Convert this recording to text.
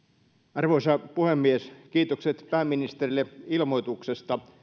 arvoisa puhemies kiitokset pääministerille ilmoituksesta